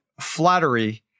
Flattery